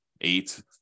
eight